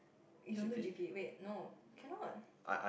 you don't know G_P wait no can not